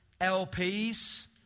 LPs